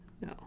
No